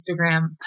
Instagram